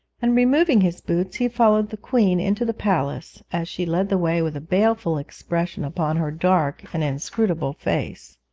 and, removing his boots, he followed the queen into the palace, as she led the way with a baleful expression upon her dark and inscrutable face.